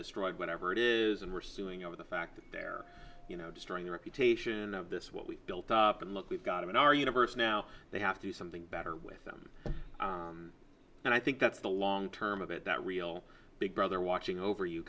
destroyed whatever it is and we're suing over the fact that they're you know destroying the reputation of this what we've built up and look we've got in our universe now they have to do something better with them and i think that's the long term of it that real big brother watching over you